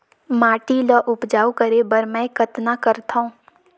माटी ल उपजाऊ करे बर मै कतना करथव?